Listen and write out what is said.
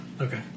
Okay